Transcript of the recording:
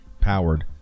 powered